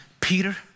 Peter